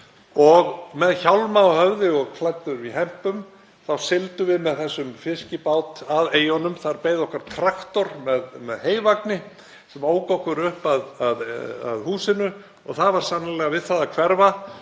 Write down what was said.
Og með hjálma á höfði og klæddir í hempur þá sigldum við með þessum fiskibát að eyjunum. Þar beið okkar traktor með heyvagni sem ók okkur upp að húsinu. Það var sannarlega við að hverfa.